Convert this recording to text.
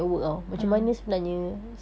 ah